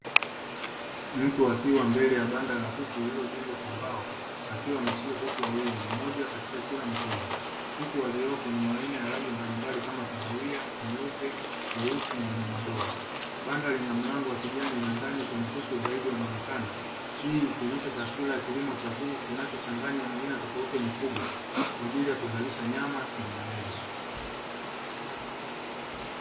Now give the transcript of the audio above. Mtu akiwa mbele ya banda la kuku lililojengwa kwa mbao, akiwa ameshika kuku wawili; mmoja katika kila mkono, kuku waliopo ni wa aina ya rangi mbalimbali kama: kahawia, weupe, weusi na wenye madoa. Banda lina mlango wa kijani na ndani kuna kuku zaidi wanaonekana. Hii ikionyesha taswira ya kilimo cha kuku kinachochanganya aina tofauti ya mifugo kwa ajili ya kuzalisha nyama na mayai.